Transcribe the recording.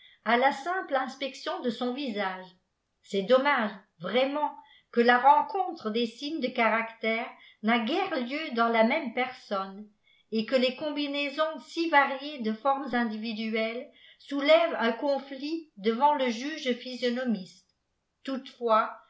à la simple inspection de son visage c'est dommage vraiment que la rencontre des signes de caractère n a guère lieu dans la même personne et que les combinaisons si variées de formes individuelles soulèvent un conflit devant le juge physionomiste toutefois